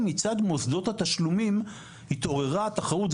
מצד מוסדות התשלומים התעוררה התחרות.